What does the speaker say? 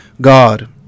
God